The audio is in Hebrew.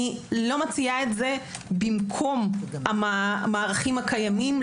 אני לא מציעה את זה במקום המערכים הקיימים,